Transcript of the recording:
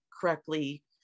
correctly